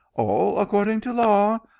all according to law,